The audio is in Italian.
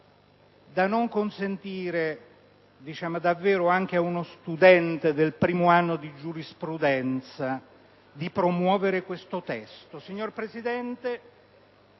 da non consentire davvero anche ad uno studente del primo anno di giurisprudenza di promuoverne il testo. Signor Presidente,